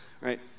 right